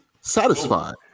satisfied